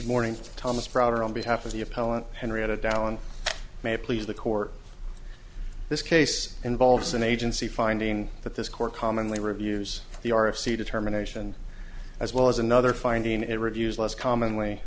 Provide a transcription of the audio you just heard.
morning thomas brodeur on behalf of the appellant henryetta down may please the court this case involves an agency finding that this court commonly reviews the r f c determination as well as another finding it reviews less commonly